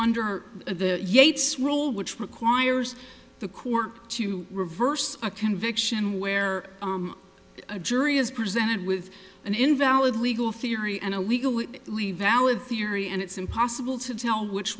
under the yates role which requires the court to reverse a conviction where a jury is presented with an invalid legal theory and a legal leave valid theory and it's impossible to tell which